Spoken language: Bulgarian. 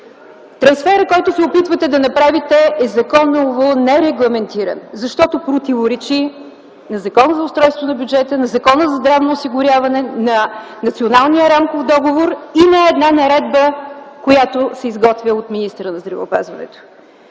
Трансферът, който се опитвате да направите, е законово нерегламентиран. Защото противоречи на Закона за устройството на бюджета, на Закона за здравното осигуряване, на Националния рамков договор и на една наредба, която се изготвя от министъра на здравеопазването.